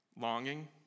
Longing